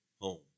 home